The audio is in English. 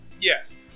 Yes